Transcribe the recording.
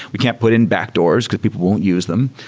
we can't put in backdoors, because people won't use them.